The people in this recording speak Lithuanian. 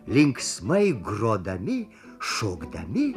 linksmai grodami šokdami